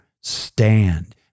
stand